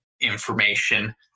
information